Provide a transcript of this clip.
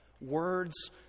Words